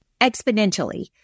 exponentially